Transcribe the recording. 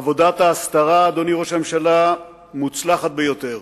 עבודת ההסתרה, אדוני ראש הממשלה, מוצלחת ביותר.